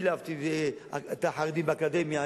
שילבתי את החרדים באקדמיה,